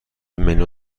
منو